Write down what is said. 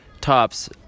tops